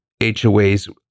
HOAs